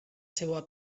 seua